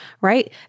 right